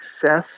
success